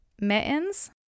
Mittens